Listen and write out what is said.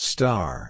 Star